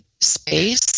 space